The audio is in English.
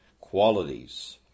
qualities